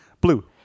Blue